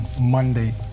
Monday